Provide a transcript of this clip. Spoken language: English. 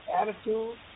attitude